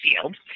field